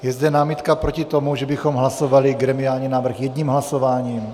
Je zde námitka proti tomu, že bychom hlasovali gremiální návrh jedním hlasováním?